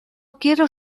quiero